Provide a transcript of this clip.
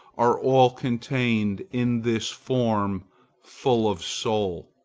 are all contained in this form full of soul,